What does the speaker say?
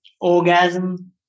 orgasm